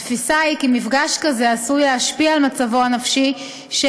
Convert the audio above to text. התפיסה היא כי מפגש כזה עשוי להשפיע על מצבו הנפשי של